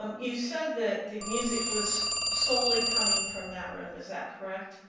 um you said that the music was solely coming from that room, is that correct?